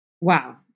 Wow